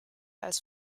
als